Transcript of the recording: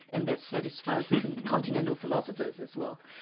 and that satisfies the continental philosophers as well.